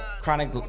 Chronic